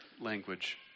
language